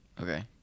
Okay